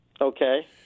Okay